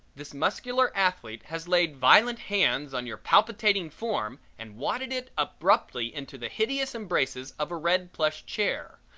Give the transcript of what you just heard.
this muscular athlete has laid violent hands on your palpitating form and wadded it abruptly into the hideous embraces of a red plush chair,